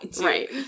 Right